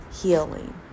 healing